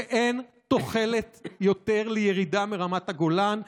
שאין תוחלת יותר לירידה מרמת הגולן,